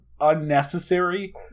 unnecessary